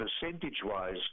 percentage-wise